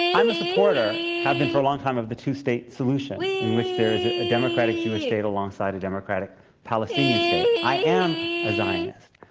i'm a supporter have been for a long time, of the two-state solution in which there is a a democratic jewish state alongside a democratic palestinian state. i am a zionist,